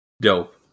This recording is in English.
Dope